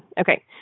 Okay